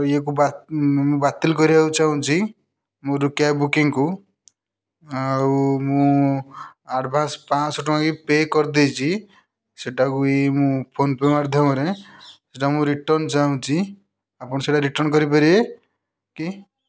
ଇଏ କୁ ବାତିଲ କରିବାକୁ ଚାହୁଁଛି ମୋର କ୍ୟାବ୍ ବୁକିଂକୁ ଆଉ ମୁଁ ଆଡଭାନ୍ସ୍ ପାଞ୍ଚଶହ ଟଙ୍କା ବି ପେ କରିଦେଇଛି ସେଇଟାକୁ ବି ମୁଁ ଫୋନ୍ପେ ମାଧ୍ୟମରେ ସେଇଟା ମୁଁ ରିଟର୍ନ୍ ଚାହୁଁଛି ଆପଣ ସେଇଟା ରିଟର୍ନ୍ କରିପାରିବେ କି